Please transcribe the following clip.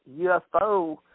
UFO